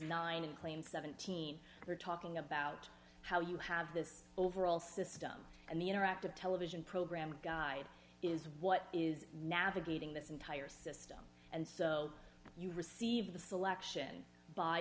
nine and claim seventeen we're talking about how you have this overall system and the interactive television program guide is what is navigating this entire system and so you receive the selection by